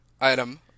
item